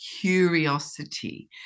curiosity